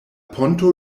ponto